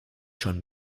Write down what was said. schon